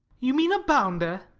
you mean a bounder?